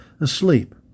asleep